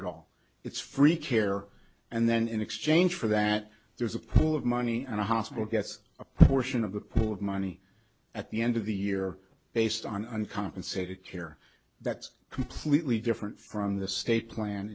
at all it's free care and then in exchange for that there's a pool of money and a hospital gets a portion of the pool of money at the end of the year based on uncompensated care that's completely different from the state plan